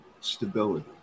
stability